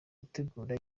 utegura